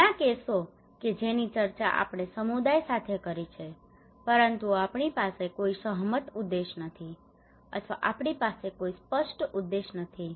ઘણાં કેસો કે જેની ચર્ચા આપણે સમુદાય સાથે કરી છે પરંતુ આપણી પાસે કોઈ સહમત ઉદ્દેશો નથી અથવા આપણી પાસે કોઈ સ્પષ્ટ ઉદ્દેશ નથી